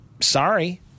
Sorry